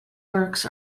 works